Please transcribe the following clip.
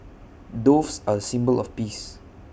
doves are A symbol of peace